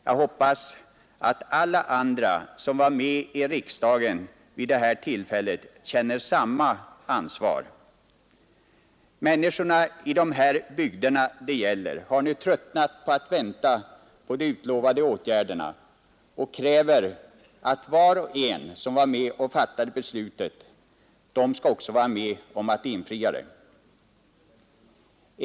Jag hoppas att alla andra här som var ledamöter i riksdagen vid det tillfället känner samma ansvar. Människorna i de bygder det gäller har nu tröttnat på att vänta på de utlovade åtgärderna och kräver att var och en som var med och fattade beslutet 1967 också skall vara med om att infria det.